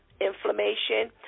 inflammation